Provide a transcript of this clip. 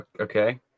Okay